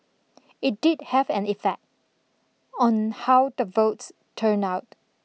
it did have an effect on how the votes turned out